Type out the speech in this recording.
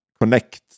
connect